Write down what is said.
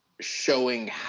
showing